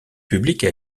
publique